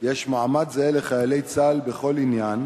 יש מעמד זהה לחיילי צה"ל בכל עניין,